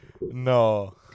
No